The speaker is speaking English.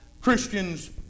Christians